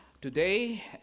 today